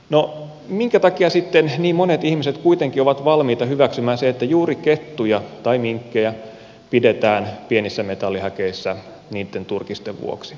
no minkä takia sitten niin monet ihmiset kuitenkin ovat valmiita hyväksymään sen että juuri kettuja tai minkkejä pidetään pienissä metallihäkeissä niitten turkisten vuoksi